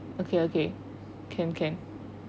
okay okay can can